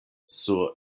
sur